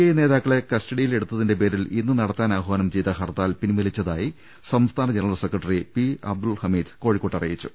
I നേതാക്കളെ കസ്റ്റഡിയിലെടുത്തതിന്റെ പേരിൽ ഇന്നു നടത്താൻ ആഹ്വാനം ചെയ്ത ഹർത്താൽ പിൻവലിച്ചതായി സംസ്ഥാന ജനറൽ സെക്രട്ടരി പി അബ്ദുൽഹമീദ് കോഴിക്കോട്ടറിയിച്ചു